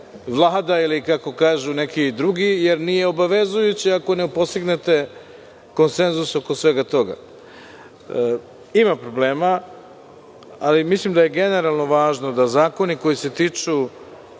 Vlada ili kako kažu neki drugi, jer nije obavezujuće ako ne postignete konsenzus oko svega toga. Ima problema, ali mislim je generalno važno da zakoni koji se tiču